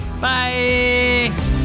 Bye